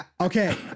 Okay